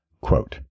Quote